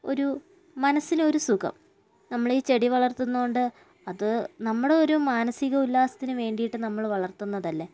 ഒരു മനസ്സിനൊരു സുഖം നമ്മളീ ചെടി വളർത്തുന്നതുകൊണ്ട് അത് നമ്മുടെ ഒരു മാനസിക ഉല്ലാസത്തിനു വേണ്ടിയിട്ട് നമ്മൾ വളർത്തുന്നതല്ലേ